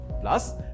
Plus